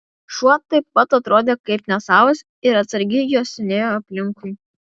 šuo taip pat atrodė kaip nesavas ir atsargiai uostinėjo aplinkui